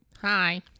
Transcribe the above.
Hi